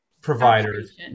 providers